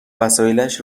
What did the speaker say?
وسایلش